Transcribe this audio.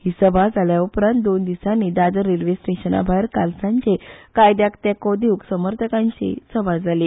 ही सभा जाल्या उपरांत दोन दिसानी दादर रेल्वे स्टेशना भायर काल सांजे कायद्याक तेको दिवंक समर्थकांची सभा जाली